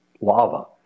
lava